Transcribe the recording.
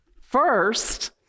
First